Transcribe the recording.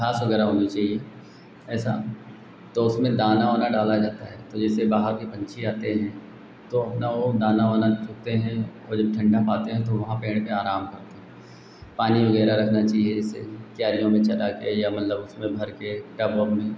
घास वग़ैरह होनी चाहिए ऐसा तो उसमें दाना वाना डाला जाता है तो जैसे बाहर के पक्षी आते हैं तो अपना वह दाना वाना चुगते हैं और जब ठण्डा पाते हैं तो वहाँ पेड़ पर आराम करते हैं पानी वग़ैरह रखना चाहिए जैसे क्यारियों में पटाकर या मतलब उसमें भरकर टब वब में